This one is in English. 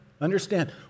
Understand